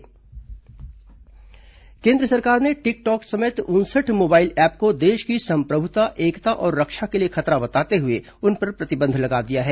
केन्द्र ऐप प्रतिबंध केन्द्र सरकार ने टिकटॉक समेत उनसठ मोबाइल ऐप को देश की संप्रभता एकता और रक्षा के लिये खतरा बताते हुए उन पर प्रतिबंध लगा दिया है